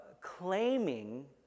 claiming